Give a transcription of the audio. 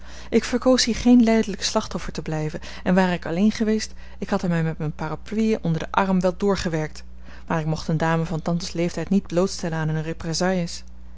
ik verkoos hier geen lijdelijk slachtoffer te blijven en ware ik alleen geweest ik had er mij met mijne parapluie onder den arm wel doorgewerkt maar ik mocht eene dame van tantes leeftijd niet blootstellen aan